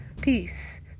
peace